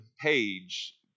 page